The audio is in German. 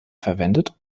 verwendet